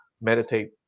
meditate